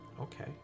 Okay